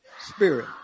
spirit